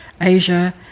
Asia